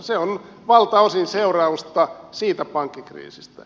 se on valtaosin seurausta siitä pankkikriisistä